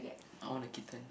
I want a kitten